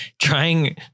trying